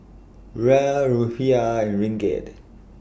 Riyal Rufiyaa and Ringgit